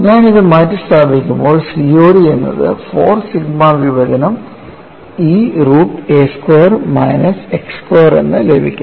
ഞാൻ ഇത് മാറ്റിസ്ഥാപിക്കുമ്പോൾ COD എന്നത് 4 സിഗ്മ വിഭജനം E root a square minus x square എന്ന് ലഭിക്കുന്നു